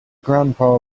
grandpa